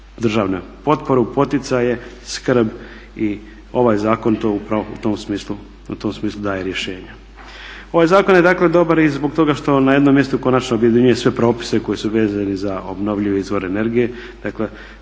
državne potpore, poticaji, skrb. I ovaj zakon to upravo u tom smislu daje rješenje. Ovaj zakon je dakle dobar i zbog toga što na jednom mjestu konačno objedinjuje sve propise koji su vezani za obnovljive izvore energije.